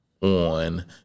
on